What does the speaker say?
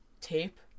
Tape